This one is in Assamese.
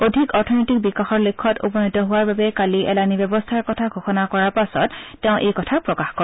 অধিক অৰ্থনৈতিক বিকাশৰ লক্ষ্যত উপনীত হোৱাৰ বাবে কালি এলানি ব্যৱস্থাৰ কথা ঘোষণা কৰাৰ পাছত তেওঁ এই কথা প্ৰকাশ কৰে